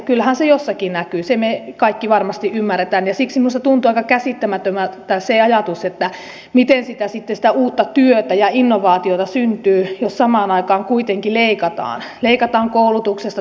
kyllähän se jossakin näkyy sen me kaikki varmasti ymmärrämme ja siksi minusta tuntuu aika käsittämättömältä se ajatus miten sitä uutta työtä ja innovaatiota sitten syntyy jos samaan aikaan kuitenkin leikataan leikataan koulutuksesta tuotekehityksestä ja niin edelleen